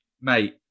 mate